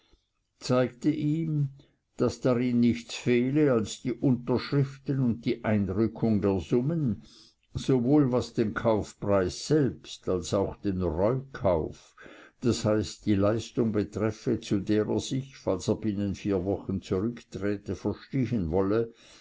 zeigte ihm daß darin nichts fehle als die unterschriften und die einrückung der summen sowohl was den kaufpreis selbst als auch den reukauf d h die leistung betreffe zu der er sich falls er binnen vier wochen zurückträte verstehen wolle